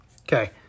Okay